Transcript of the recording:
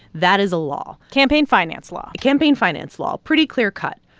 that is a law campaign finance law campaign finance law. pretty clear-cut.